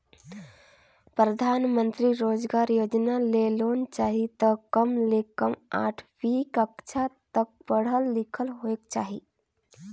परधानमंतरी रोजगार योजना ले लोन चाही त कम ले कम आठवीं कक्छा तक पढ़ल लिखल होएक चाही